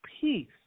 peace